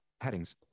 headings